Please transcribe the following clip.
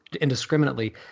indiscriminately